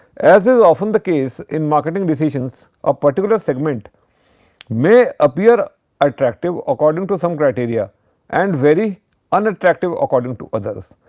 as is often the case in marketing decisions a particular segment may appear attractive according to some criteria and very unattractive according to others.